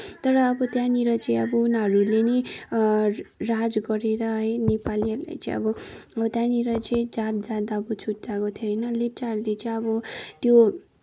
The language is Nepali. तर अब त्यहाँनिर चाहिँ अब उनीहरूले नि राज गरेर है नेपालीहरूलाई चाहिँ अब हो त्यहाँनिर चाहिँ जात जात अब छुट्ट्याएको थियो होइन लेप्चाहरूले चाहिँ अब त्यो